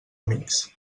amics